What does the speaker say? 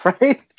Right